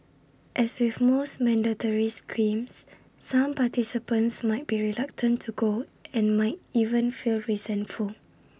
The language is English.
as with most mandatory screams some participants might be reluctant to go and might even feel resentful